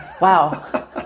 Wow